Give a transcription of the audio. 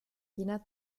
jener